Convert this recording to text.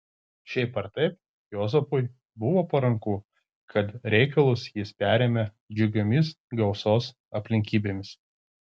šiaip ar taip juozapui buvo paranku kad reikalus jis perėmė džiugiomis gausos aplinkybėmis